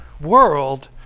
world